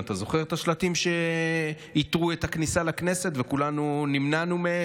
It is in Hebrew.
אתה זוכר את השלטים שעיטרו את הכניסה לכנסת וכולנו נמנענו מהם,